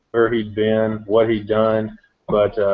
thirty billion what he'd done but